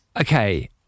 okay